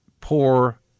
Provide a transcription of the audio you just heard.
poor